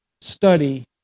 study